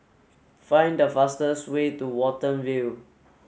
find the fastest way to Watten View